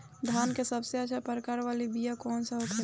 धान के सबसे अच्छा प्रकार वाला बीया कौन होखेला?